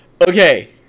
okay